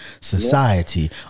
Society